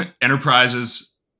enterprises